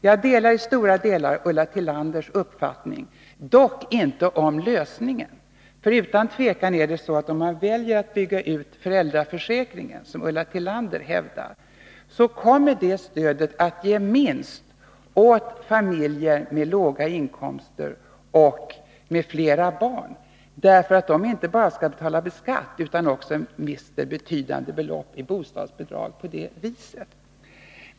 Jag delar i stora stycken Ulla Tillanders uppfattning, dock inte vad beträffar lösningen. Om man väljer att bygga ut föräldraförsäkringen, som Ulla Tillander hävdar, kommer det stödet utan tvivel att ge minst åt familjer med låga inkomster och med flera barn, därför att de inte bara skall betala skatt på ersättningen, utan också mister betydande belopp i bostadsbidrag på det viset.